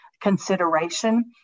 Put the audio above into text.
consideration